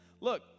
look